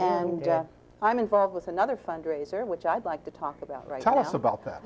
and i'm involved with another fundraiser which i'd like to talk about right about that